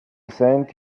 send